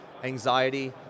Anxiety